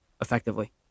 effectively